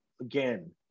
again